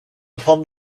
upon